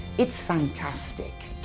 it's fantastic.